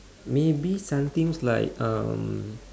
maybe something like um